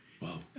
Wow